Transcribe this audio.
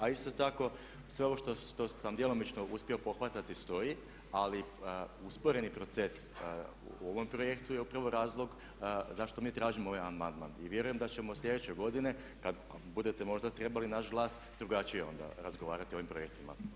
A isto tako sve što sam djelomično uspio pohvatati stoji, ali usporeni proces u ovom projektu je upravo razlog zašto mi tražimo ovaj amandman i vjerujem da ćemo sljedeće godine kad budete možda trebali naš glas drugačije onda razgovarati o ovim projektima.